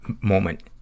moment